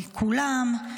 כולם,